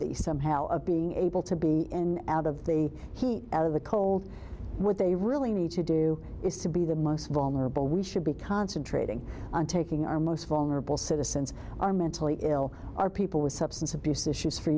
worthy somehow of being able to be out of the heat of the cold what they really need to do is to be the most vulnerable we should be concentrating on taking our most vulnerable citizens are mentally ill are people with substance abuse issues for